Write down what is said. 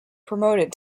promoted